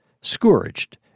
scourged